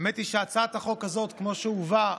האמת היא שהצעת החוק הזאת כמו שהובאה,